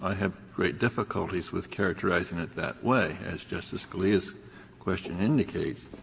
have great difficulties with characterizing it that way, as justice scalia's question indicates.